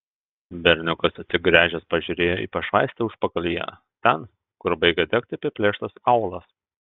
berniukas atsigręžęs pažiūrėjo į pašvaistę užpakalyje ten kur baigė degti apiplėštas aūlas